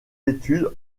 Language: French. études